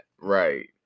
Right